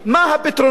מה הפתרונות?